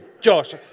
Josh